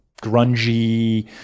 grungy